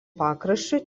pakraščiu